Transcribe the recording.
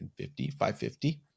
550